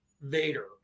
vader